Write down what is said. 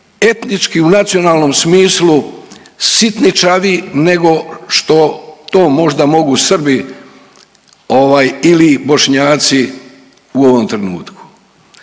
etnički u nacionalnom smislu sitničavi nego što to možda mogu Srbi ovaj ili Bošnjaci u ovom trenutku.